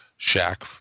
Shaq